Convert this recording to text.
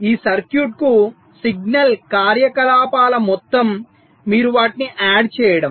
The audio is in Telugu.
ఈ సర్క్యూట్ కు సిగ్నల్ కార్యకలాపాల మొత్తం మీరు వాటిని add చేయడం